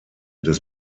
des